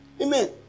Amen